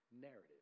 narrative